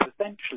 Essentially